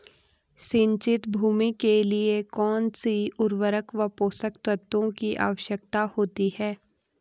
सिंचित भूमि के लिए कौन सी उर्वरक व पोषक तत्वों की आवश्यकता होती है?